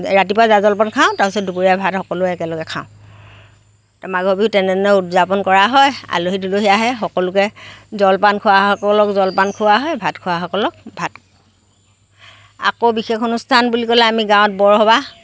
ৰাতিপুৱা জা জলপান খাওঁ তাৰ পাছত দুপৰীয়া ভাত সকলোৱে একেলগে খাওঁ মাঘৰ বিহু তেনেধৰণে উদযাপন কৰা হয় আলহী দুলহী আহে সকলোকে জলপান খোৱাসকলক জলপান খুওৱা হয় ভাত খোৱা সকলক ভাত আকৌ বিশেষ অনুষ্ঠান বুলি ক'লে আমি গাঁৱত বৰসবাহ